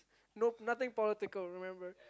nope nothing political remember